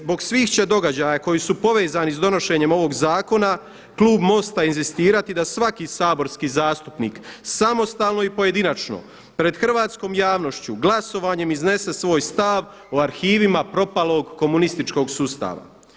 Zbog svih će događaja koji su povezani sa donošenjem ovog zakona klub MOST-a inzistirati da svaki saborski zastupnik samostalno i pojedinačno pred hrvatskom javnošću glasovanjem iznese svoj stav o arhivima propalog komunističkog sustava.